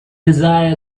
desire